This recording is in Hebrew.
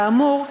כאמור,